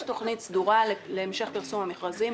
ישנה תוכנית סדורה להמשך פרסום המכרזים.